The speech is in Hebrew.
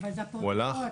הוא הלך?